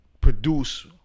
produce